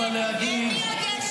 ומי עוד יש